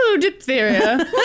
diphtheria